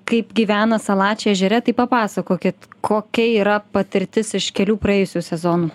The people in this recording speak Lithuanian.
kaip gyvena salačiai ežere tai papasakokit kokia yra patirtis iš kelių praėjusių sezonų